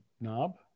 knob